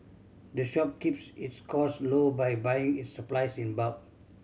the shop keeps its cost low by buying its supplies in bulk